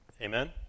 Amen